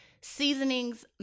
seasonings